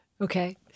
Okay